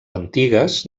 antigues